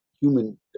human